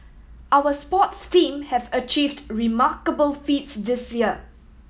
our sports team have achieved remarkable feats this year